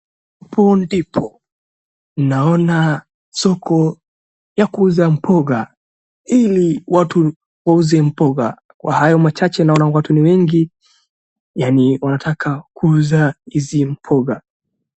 Hapo ndipo naona soko ya kuuza mboga ili watu wauze mboga. Kwa hayo machache naona watu ni wengi yaani wanataka kuuza hizi mboga.